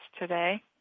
today